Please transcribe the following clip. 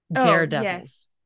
daredevils